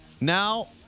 Now